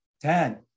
Ten